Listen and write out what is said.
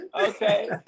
Okay